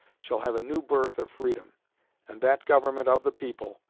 shall have a new birth of freedom and that government of the people,